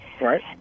right